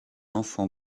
enfant